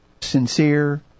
sincere